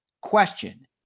question